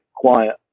quiet